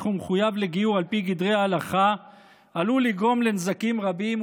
ומחויב לגיור על פי גדרי ההלכה עלול לגרום לנזקים רבים,